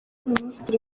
minisitiri